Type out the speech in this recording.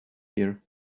here